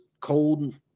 cold